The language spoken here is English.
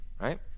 right